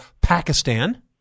Pakistan